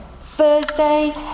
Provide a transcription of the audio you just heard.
Thursday